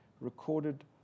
recorded